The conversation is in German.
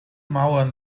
mauern